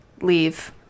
Leave